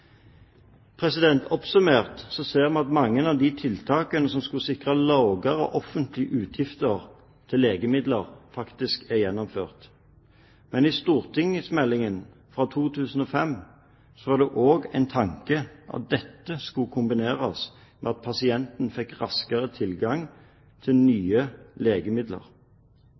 Oppsummert ser vi at mange av de tiltakene som skulle sikre lavere offentlige utgifter til legemidler, faktisk er gjennomført. Men i stortingsmeldingen fra 2005 var det også en tanke at dette skulle kombineres med at pasienten fikk raskere tilgang til nye legemidler.